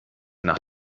nach